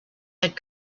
had